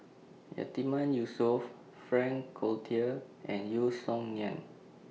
Yatiman Yusof Frank Cloutier and Yeo Song Nian